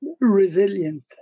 resilient